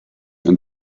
and